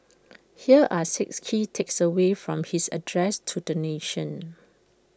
here are six key takeaways from his address to the nation